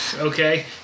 Okay